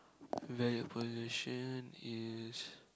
where the position is